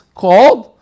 called